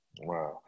Wow